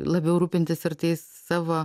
labiau rūpintis ir tais savo